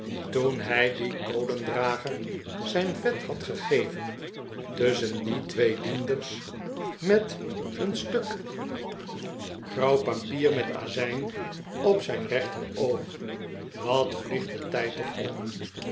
toen hij dien kolendrager zijn vet had gegeven tusschen die twee dienders met een stuk grauw papier met azijn op zijn rechteroog wat vliegt de tijd toch om